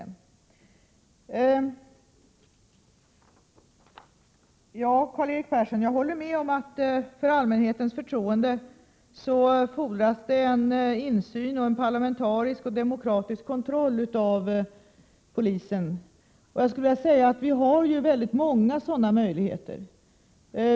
Jag håller med Karl-Erik Persson om att det med hänsyn till allmänhetens förtroende för polisväsendet fordras insyn i och parlamentarisk och demokratisk kontroll av polisen. Vi har ju många sådana möjligheter.